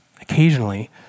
occasionally